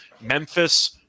Memphis –